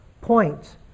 points